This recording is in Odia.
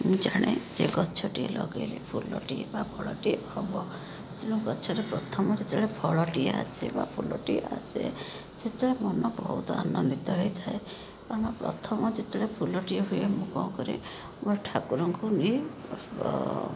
ମୁଁ ଜାଣେ ଯେ ଗଛଟି ଲଗାଇଲେ ଫୁଲଟି ବା ଫଳଟି ହବ ତେଣୁ ଗଛରେ ପ୍ରଥମ ଯେତେଳେ ଫଳଟିଏ ଆସେ ବା ଫୁଲଟିଏ ଆସେ ସେତେଳେ ମନ ବହୁତ ଆନନ୍ଦିତ ହେଇଥାଏ କାରଣ ପ୍ରଥମ ଯେତେଳେ ଫୁଲଟିଏ ହୁଏ ମୁଁ କଣ କରେ ଗୋଟେ ଠାକୁରଙ୍କୁ ନେଇ ପୁଷ୍ପ